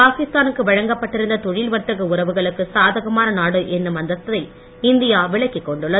பாகிஸ்தானுக்கு வழங்கப் பட்டிருந்த தொழில் வர்த்தக உறவுகளுக்கு சாதகமான நாடு என்னும் அந்தஸ்தை இந்தியா விலக்கிக் கொண்டுள்ளது